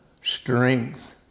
strength